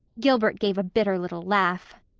gilbert gave a bitter little laugh.